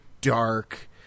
dark